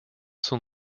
sont